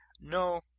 No